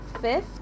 fifth